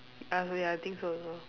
uh ya I think so also